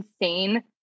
insane